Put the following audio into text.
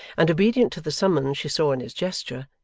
and obedient to the summons she saw in his gesture,